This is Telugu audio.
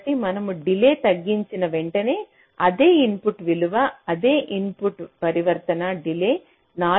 కాబట్టి మనము డిలే తగ్గించిన వెంటనే అదే ఇన్పుట్ విలువ అదే ఇన్పుట్ పరివర్తన డిలే 4 వద్ద చూపుతుంది